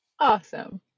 Awesome